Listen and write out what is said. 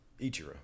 Ichiro